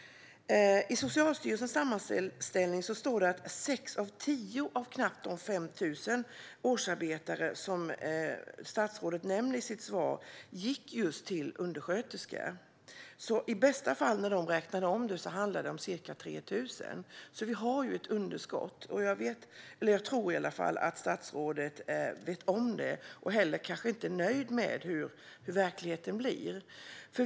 I Socialstyrelsens sammanställning står det att sex av tio av de knappt 5 000 årsarbetare som statsrådet nämner i sitt svar är undersköterskor. När de räknade om detta handlade det i bästa fall om ca 3 000 årsarbetare. Vi har alltså ett underskott. Jag tror att statsrådet vet det och kanske inte heller är nöjd med verkligheten.